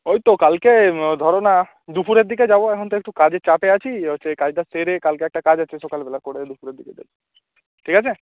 ওইতো কালকে ধরো না দুপুরের দিকে যাব এখন তো একটু কাজে চাপে আছি হচ্ছে এই কাজটা সেরে কালকে একটা কাজ আছে সকালবেলা করে দুপুরের দিকে যাই ঠিক আছে